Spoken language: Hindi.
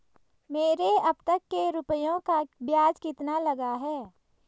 मेरे अब तक के रुपयों पर ब्याज कितना लगा है?